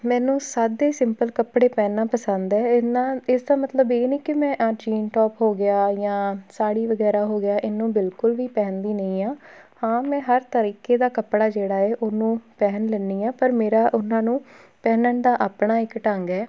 ਮੈਨੂੰ ਸਾਦੇ ਸਿੰਪਲ ਕੱਪੜੇ ਪਹਿਨਣਾ ਪਸੰਦ ਹੈ ਇਹਨਾਂ ਇਸਦਾ ਮਤਲਬ ਇਹ ਨਹੀਂ ਕਿ ਮੈਂ ਇਹ ਜੀਨ ਟੋਪ ਹੋ ਗਿਆ ਜਾਂ ਸਾੜੀ ਵਗੈਰਾ ਹੋ ਗਿਆ ਇਹਨੂੰ ਬਿਲਕੁਲ ਵੀ ਪਹਿਨਦੀ ਨਹੀਂ ਹਾਂ ਹਾਂ ਮੈਂ ਹਰ ਤਰੀਕੇ ਦਾ ਕੱਪੜਾ ਜਿਹੜਾ ਹੈ ਉਹਨੂੰ ਪਹਿਨ ਲੈਂਦੀ ਹਾਂ ਪਰ ਮੇਰਾ ਉਹਨਾਂ ਨੂੰ ਪਹਿਨਣ ਦਾ ਆਪਣਾ ਇੱਕ ਢੰਗ ਹੈ